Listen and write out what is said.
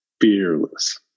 fearless